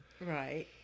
Right